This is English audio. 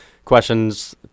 questions